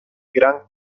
gran